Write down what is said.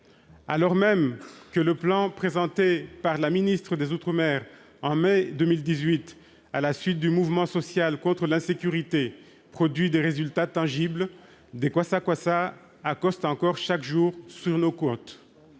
Alors même que le plan présenté par Mme la ministre des outre-mer en mai 2018, à la suite du mouvement social contre l'insécurité, produit des résultats tangibles, des kwassas-kwassas accostent encore chaque jour sur nos côtes.